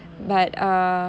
mm